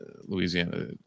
Louisiana